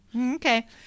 Okay